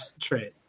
trade